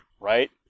right